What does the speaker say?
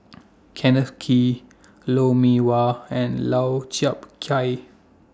Kenneth Kee Lou Mee Wah and Lau Chiap Khai